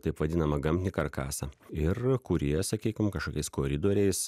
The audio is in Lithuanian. taip vadinamą gamtinį karkasą ir kurie sakykim kašokiais koridoriais